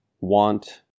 want